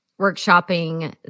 workshopping